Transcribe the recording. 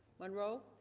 monroe